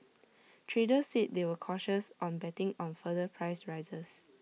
traders said they were cautious on betting on further price rises